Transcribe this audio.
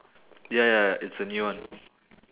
ya ya ya it's a new one